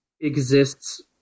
exists